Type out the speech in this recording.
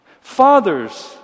fathers